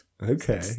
Okay